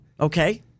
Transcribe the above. Okay